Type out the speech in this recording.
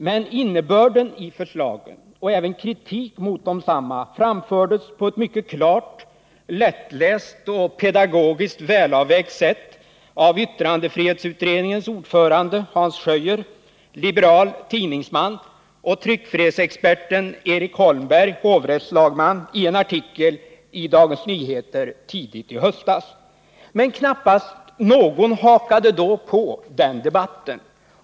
Men innebörden av förslagen och även kritik mot desamma framfördes på ett mycket klart, lättläst och pedagogiskt välavvägt sätt av yttrandefrihetsutredningens ordförande Hans Schöier, liberal tidningsman, och tryckfrihetsexperten Erik Holmberg, hovrättslagman, i en artikel i Dagens Nyheter tidigt i höstas. Men knappast någon hakade då på den debatten.